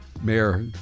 Mayor